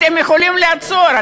אתם יכולים לעצור,